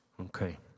Okay